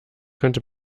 könnte